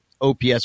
OPS